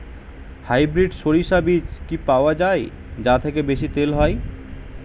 Hybrid শরিষা বীজ কি পাওয়া য়ায় যা থেকে বেশি তেল হয়?